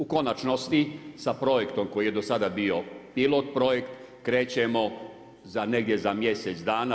U konačnosti, sa projektom koji je do sada bio pilot projekt krećemo za negdje za mjesec dana.